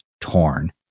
torn